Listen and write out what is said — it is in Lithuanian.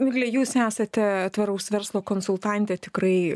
migle jūs esate tvaraus verslo konsultantė tikrai